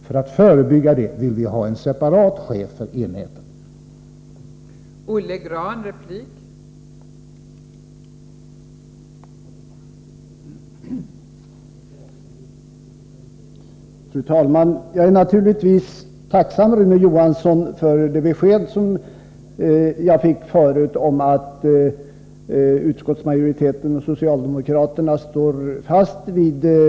För att förebygga det vill vi ha en separat chef för de olönsamma banorna.